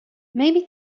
maybe